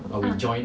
uh